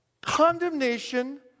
Condemnation